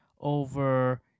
over